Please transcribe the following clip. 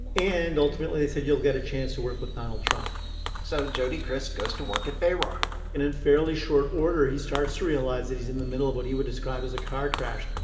and ultimately, they said you'll get a chance to work with donald trump so jody kriss goes to work at bayrock in a fairly short order, he starts to realize that he's in the middle of what he would describe as a car crash.